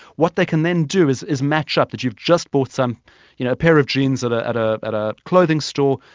what they can then do is is match up that you've just bought um you know a pair of jeans at ah at ah a clothing store,